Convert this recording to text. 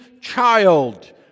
child